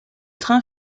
train